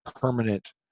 permanent